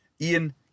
Ian